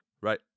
right